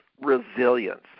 resilience